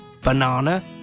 banana